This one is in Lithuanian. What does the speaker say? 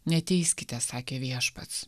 neteiskite sakė viešpats